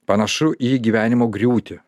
panašu į gyvenimo griūtį